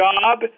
job